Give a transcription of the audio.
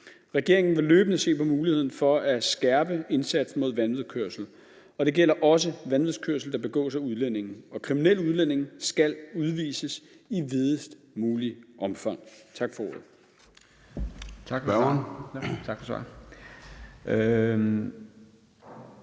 Regeringen vil løbende se på muligheden for at skærpe indsatsen mod vanvidskørsel. Det gælder også vanvidskørsel, der begås af udlændinge. Kriminelle udlændinge skal udvises i videst muligt omfang. Tak for ordet.